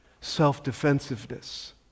self-defensiveness